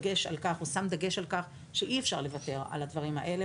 זה שם דגש על כך שאי אפשר לוותר על הדברים האלה.